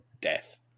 death